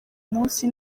munsi